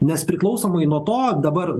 nes priklausomai nuo to dabar